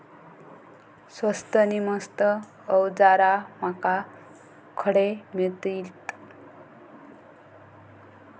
स्वस्त नी मस्त अवजारा माका खडे मिळतीत?